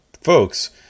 folks